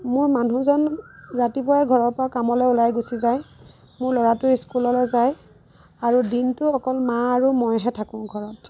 মোৰ মানুহজন ৰাতিপুৱাই ঘৰৰ পৰা কামলৈ ওলাই গুচি যায় মোৰ ল'ৰাটোও স্কুললৈ যায় আৰু দিনটো অকল মা আৰু মইহে থাকোঁ ঘৰত